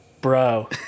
bro